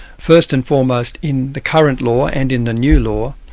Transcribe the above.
first and foremost in the current law and in the new law,